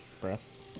breath